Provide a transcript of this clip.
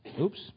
Oops